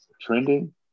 Trending